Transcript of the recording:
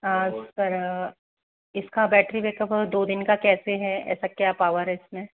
sir इसका battery backup दो दिन का कैसे हैं ऐसा क्या पावर है इसमें